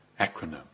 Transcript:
acronym